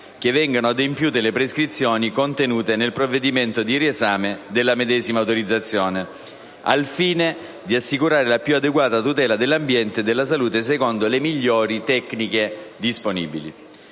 che vengano adempiute le prescrizioni contenute nel provvedimento di riesame della medesima autorizzazione al fine di assicurare la più adeguata tutela dell'ambiente e della salute secondo le migliori tecniche disponibili».